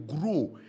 grow